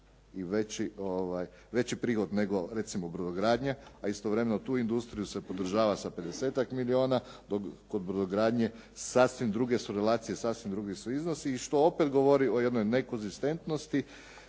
veći prihod nego recimo brodogradnja, a istovremeno tu industriju se podržava sa 50-tak milijona, dok kod brodogradnje sasvim druge su relacije, sasvim drugi su iznosi i što opet govori o jednoj nekonzistentnosti